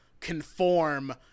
conform